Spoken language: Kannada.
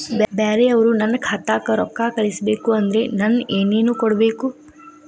ಬ್ಯಾರೆ ಅವರು ನನ್ನ ಖಾತಾಕ್ಕ ರೊಕ್ಕಾ ಕಳಿಸಬೇಕು ಅಂದ್ರ ನನ್ನ ಏನೇನು ಕೊಡಬೇಕು?